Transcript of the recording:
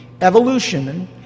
evolution